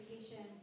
education